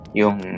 yung